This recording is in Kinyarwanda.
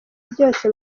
byose